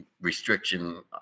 restriction